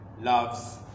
loves